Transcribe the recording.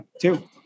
two